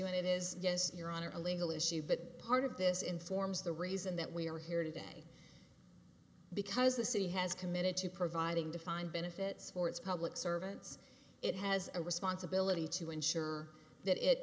it is yes your honor a legal issue but part of this informs the reason that we are here today because the city has committed to providing defined benefits for its public servants it has a responsibility to ensure that it